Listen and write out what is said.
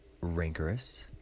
rancorous